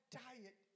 diet